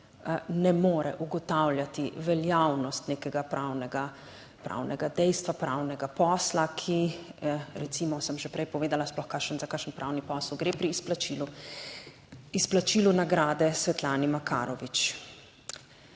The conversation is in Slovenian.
ne more ugotavljati veljavnost nekega pravnega dejstva, pravnega posla, ki recimo sem že prej povedala sploh kakšen, za kakšen pravni posel gre pri izplačilu, izplačilu nagrade Svetlani Makarovič.